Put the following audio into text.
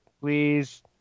please